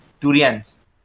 Durians